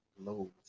loads